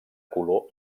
color